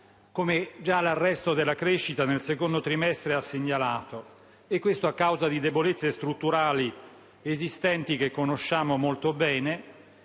come già l'arresto della crescita nel secondo trimestre ha segnalato, a causa di debolezze strutturali esistenti che conosciamo molto bene